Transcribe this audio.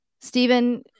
Stephen